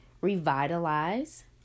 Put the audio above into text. revitalize